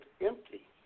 empty